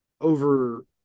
over